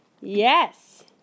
Yes